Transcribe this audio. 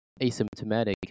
asymptomatic